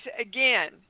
again